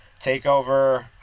Takeover